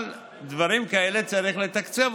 אבל דברים כאלה צריך לתקצב,